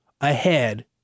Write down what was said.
ahead